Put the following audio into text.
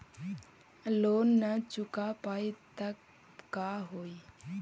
Loan न चुका पाई तब का होई?